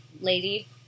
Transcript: lady